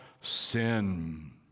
sin